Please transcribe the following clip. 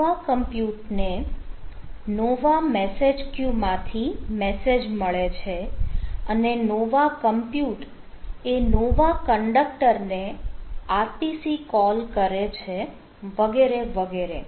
Nova compute ને nova message queue માંથી message મળે છે અને નોવા કમ્પ્યુટ એ નોવા કંડકટરને RPC કોલ કરે છે વગેરે વગેરે